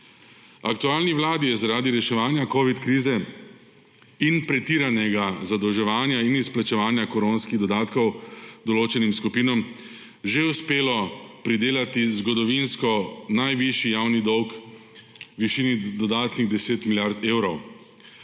Aktualni vladi je zaradi reševanja covid krize in pretiranega zadolževanja in izplačevanja koronskih dodatkov določenim skupinam že uspelo pridelati zgodovinsko najvišji javni dolg v višini dodatnih 10 milijard evrov.